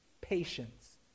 patience